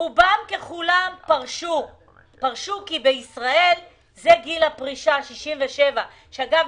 רובם ככולם פרשו כי בישראל גיל הפרישה הוא 67. אגב,